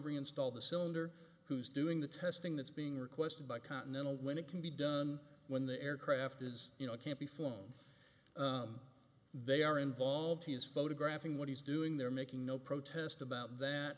reinstalled the cylinder who's doing the testing that's being requested by continental when it can be done when the aircraft is you know can't be flown they are involved he is photographing what he's doing there making no protest about that